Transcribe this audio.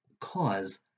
cause